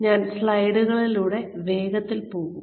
അതിനാൽ ഞാൻ സ്ലൈഡുകളിലൂടെ വേഗത്തിൽ പോകും